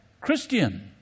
Christian